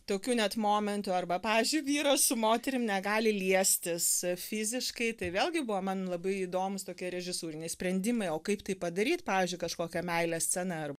tokių net momentų arba pavyzdžiui vyras su moterim negali liestis fiziškai tai vėlgi buvo man labai įdomūs tokie režisūriniai sprendimai o kaip tai padaryt pavyzdžiui kažkokią meilės sceną ar